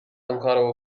اونکارو